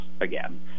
again